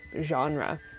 genre